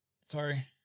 Sorry